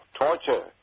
Torture